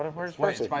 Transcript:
where's percy?